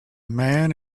man